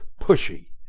pushy